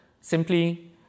simply